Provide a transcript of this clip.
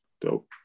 Dope